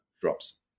drops